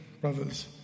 brothers